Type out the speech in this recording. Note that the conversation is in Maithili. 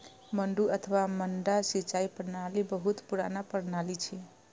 मड्डू अथवा मड्डा सिंचाइ प्रणाली बहुत पुरान प्रणाली छियै